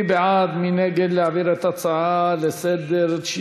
מי בעד ומי נגד העברת ההצעות לסדר-היום בנושא